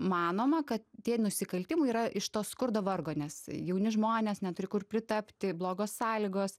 manoma kad tie nusikaltimai yra iš to skurdo vargo nes jauni žmonės neturi kur pritapti blogos sąlygos